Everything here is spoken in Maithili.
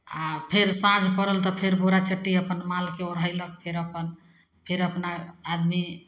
आ फेर साँझ पड़ल तऽ फेर बोरा चट्टी अपन माल के ओढ़ेलक फेर अपन फेर अपना आदमी